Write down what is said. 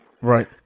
Right